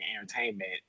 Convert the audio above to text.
entertainment